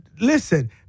listen